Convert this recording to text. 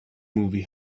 movie